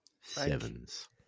Sevens